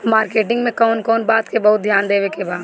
Marketing मे कौन कौन बात के बहुत ध्यान देवे के बा?